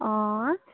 অঁ